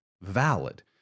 valid